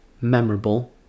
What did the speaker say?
memorable